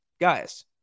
guys